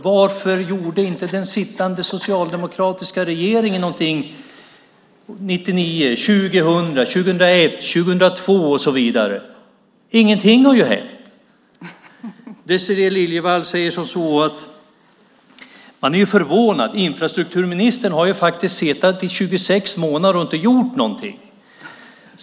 Varför gjorde inte den sittande socialdemokratiska regeringen någonting 1999, 2000, 2001, 2002 och så vidare? Ingenting har ju hänt. Désirée Liljevall säger: Man är förvånad. Infrastrukturministern har faktiskt suttit i 26 månader och inte gjort någonting.